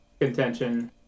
contention